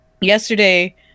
Yesterday